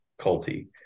culty